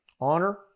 Honor